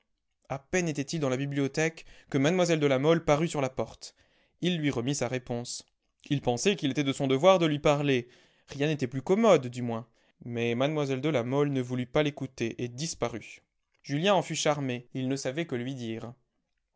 a peine était-il dans la bibliothèque que mlle de la mole parut sur la porte il lui remit sa réponse il pensait qu'il était de son devoir de lui parler rien n'était plus commode du moins mais mlle de la mole ne voulut pas l'écouter et disparut julien en fut charmé il ne savait que lui dire